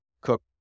Cook